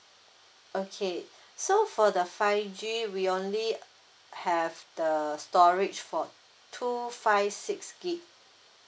okay so for the five G we only uh have the storage for two five six okay